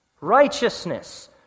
righteousness